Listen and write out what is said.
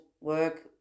work